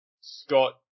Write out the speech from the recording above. Scott